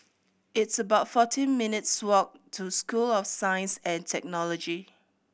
it's about forty minutes' walk to School of Science and Technology